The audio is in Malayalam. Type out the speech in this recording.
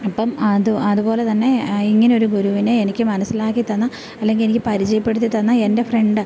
ഒപ്പം അത് അതുപോലെതന്നെ ഇങ്ങനെ ഒരു ഗുരുവിനെ എനിക്ക് മനസ്സിലാക്കി തന്ന അല്ലെങ്കിൽ എനിക്ക് പരിചയപ്പെടുത്തി തന്ന എൻ്റെ ഫ്രണ്ട്